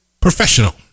professional